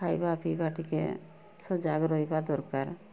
ଖାଇବା ପିଇବା ଟିକେ ସଜାଗ ରହିବା ଦରକାର